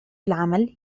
العمل